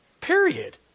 Period